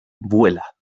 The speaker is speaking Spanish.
vuela